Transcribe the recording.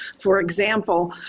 for example,